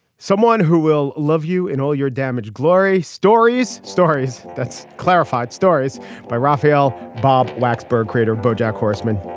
someone who will love you in all your damaged glory stories stories that's clarified. stories by rafael bob, blacksburg creator, bojack horseman.